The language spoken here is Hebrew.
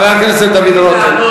חבר הכנסת דוד רותם,